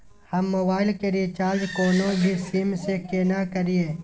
हम मोबाइल के रिचार्ज कोनो भी सीम के केना करिए?